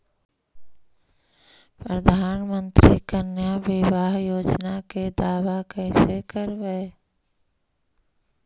प्रधानमंत्री कन्या बिबाह योजना के दाबा कैसे करबै?